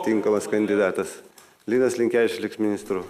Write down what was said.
tinkamas kandidatas linas linkevičius liks ministru